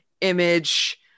image